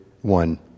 one